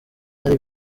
ari